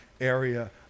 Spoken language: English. area